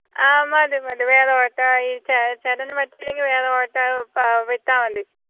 ആ മതി മതി വേറെ ഓട്ടോ അയച്ചാൽ മതി ചേട്ടന് പറ്റില്ലെങ്കിൽ വേറെ ഓട്ടോ വിട്ടാൽ മതി